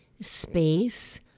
space